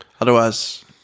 Otherwise